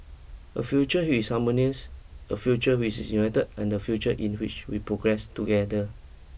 a future is harmonious a future which is united and a future in which we progress together